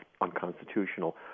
unconstitutional